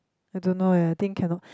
I don't know eh I think cannot